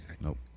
Nope